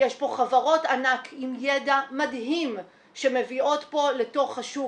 יש פה חברות ענק עם ידע מדהים שמביאות פה לתוך השוק